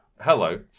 Hello